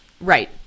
Right